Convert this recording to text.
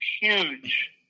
huge